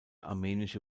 armenische